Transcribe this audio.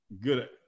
good